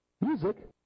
music